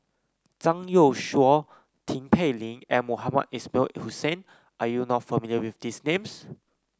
Zhang Youshuo Tin Pei Ling and Mohamed Ismail Hussain Are you not familiar with these names